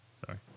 Sorry